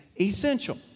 essential